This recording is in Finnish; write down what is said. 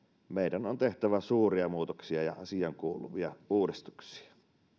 meidän on tehtävä suuria muutoksia ja asiaan kuuluvia uudistuksia